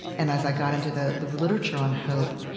and as i got into the literature on hope,